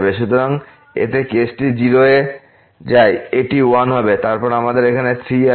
সুতরাং এতে কেসটি 0 এ যায় এটি 1 হবে এবং তারপর আমাদের এখানে 3 আছে